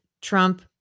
Trump